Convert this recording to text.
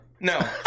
No